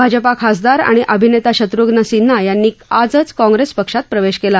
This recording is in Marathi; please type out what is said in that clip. भाजपा खासदार आणि अभिनेता शत्रुघ्न सिन्हा यांनी आजच काँग्रेस पक्षात प्रवेश केला